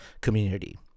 community